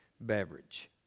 beverage